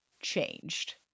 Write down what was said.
changed